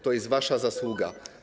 To jest wasza zasługa.